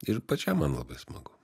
ir pačiam man labai smagu